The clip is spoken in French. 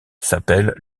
s’appelle